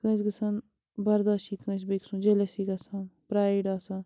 کٲنٛسہِ گژھان بَرداشٕے کٲنٛسہِ بیٚیِہِ سُنٛد جیٚلیٚسی گژھان پرٛایِڈ آسان